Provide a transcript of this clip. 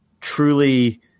truly